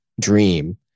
dream